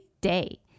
day